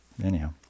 Anyhow